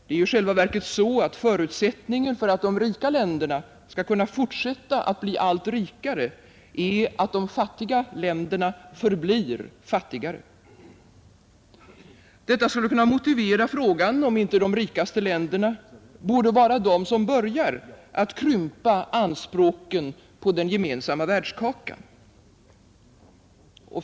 Det är i själva verket så att förutsättningen för att de rika länderna skall kunna fortsätta att bli allt rikare är att de fattiga länderna förblir fattigare. Detta skulle kunna motivera frågan om inte de rikaste länderna borde vara de som börjar att krympa anspråken på den gemensamma världskakan.